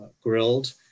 Grilled